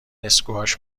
اسکواش